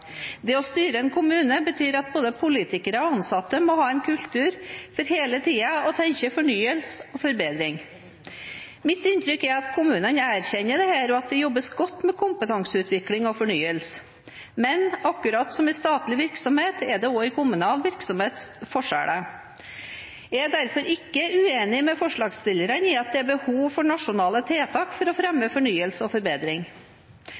Det å styre en kommune betyr at både politikere og ansatte må ha en kultur for hele tiden å tenke fornyelse og forbedring. Mitt inntrykk er at kommunene erkjenner dette, og at det jobbes godt med kompetanseutvikling og fornyelse. Men akkurat som i statlig virksomhet er det også i kommunal virksomhet forskjeller. Jeg er derfor ikke uenig med forslagsstillerne i at det er behov for nasjonale tiltak for å fremme fornyelse og forbedring.